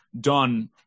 done